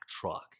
truck